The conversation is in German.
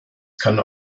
kann